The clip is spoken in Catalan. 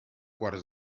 quarts